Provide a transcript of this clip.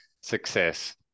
success